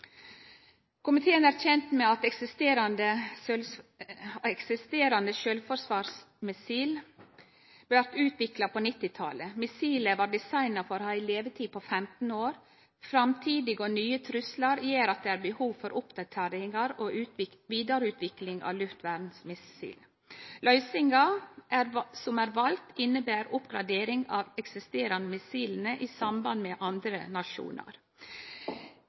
Komiteen er kjend med at det eksisterande sjølvforsvarsmissilet blei utvikla på 1990-talet. Missilet var designa for å ha ei levetid på 15 år. Framtidige og nye truslar gjer at det er behov for oppdateringar og vidareutvikling av luftvernmissilsystemet. Løysinga som er vald, inneber oppgradering av dei eksisterande missila i eit samarbeid med andre nasjonar